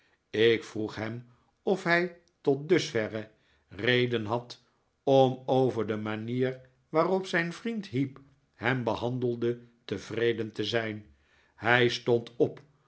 ik vroeg hem of hij tot dusverre reden had om over de manier waarop zijn vriend heep hem behandelde tevreden te zijn hij stond op